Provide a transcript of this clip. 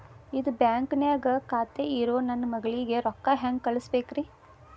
ಇದ ಬ್ಯಾಂಕ್ ನ್ಯಾಗ್ ಖಾತೆ ಇರೋ ನನ್ನ ಮಗಳಿಗೆ ರೊಕ್ಕ ಹೆಂಗ್ ಕಳಸಬೇಕ್ರಿ?